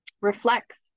reflects